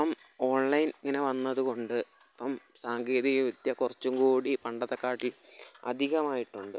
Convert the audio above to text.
ഇപ്പം ഓൺലൈൻ ഇങ്ങനെ വന്നത് കൊണ്ട് ഇപ്പം സാങ്കേതിക വിദ്യ കുറച്ചും കൂടി പണ്ടത്തെ കാട്ടി അധികമായിട്ടുണ്ട്